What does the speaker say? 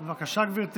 לרשותך.